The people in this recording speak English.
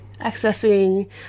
accessing